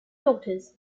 daughters